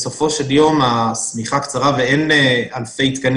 בסופו של יום השמיכה קצרה ואין אלפי תקנים